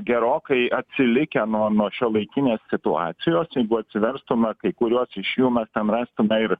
gerokai atsilikę nuo nuo šiuolaikinės situacijos jeigu atsiverstume kai kuriuos iš jų mes ten rastume ir